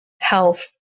health